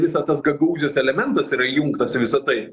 visą tas gagaūzijos elementas yra įjungtas į visa tai